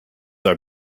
are